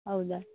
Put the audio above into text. ಹೌದಾ